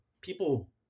people